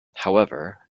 however